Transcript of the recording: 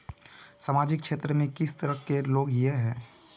सामाजिक क्षेत्र में किस तरह के लोग हिये है?